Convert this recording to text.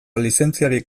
lizentziarik